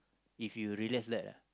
if you realize that lah